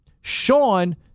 Sean